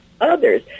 others